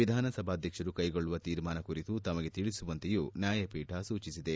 ವಿಧಾನಸಭಾಧ್ವಕ್ಷರು ಕೈಗೊಳ್ಲುವ ತೀರ್ಮಾನ ಕುರಿತು ತಮಗೆ ತಿಳಿಸುವಂತೆಯೂ ನ್ನಾಯಪೀಠ ಸೂಚಿಸಿದೆ